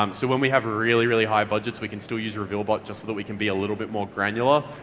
um so when we have really really high budgets we can still use a revealbot just so that we can be a little bit more granular,